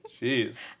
Jeez